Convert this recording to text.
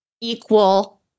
equal